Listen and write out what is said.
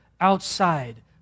outside